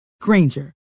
Granger